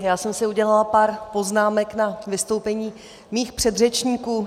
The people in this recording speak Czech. Já jsem si udělala pár poznámek na vystoupení mých předřečníků.